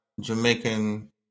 Jamaican